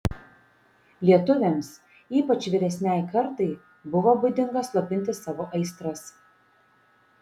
lietuviams ypač vyresnei kartai buvo būdinga slopinti savo aistras